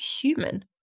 human